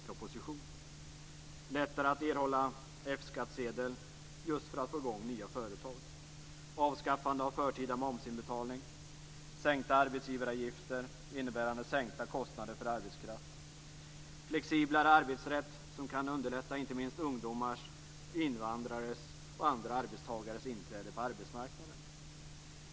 Det måste bli lättare att erhålla F-skattsedel för att få i gång nya företag. Vidare vill vi avskaffa den förtida momsinbetalningen. Arbetsgivaravgifterna måste sänkas. Det innebär sänkta kostnader för arbetskraft. En flexiblare arbetsrätt skulle underlätta ungdomars, invandrares och andra arbetstagares inträde på arbetsmarknaden.